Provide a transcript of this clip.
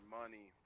money